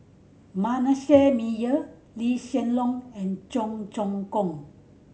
Manasseh Meyer Lee Hsien Loong and Cheong Choong Kong